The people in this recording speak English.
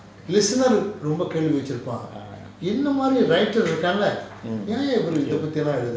listener to remember you know money right